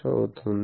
అవుతుంది